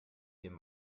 dem